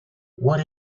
what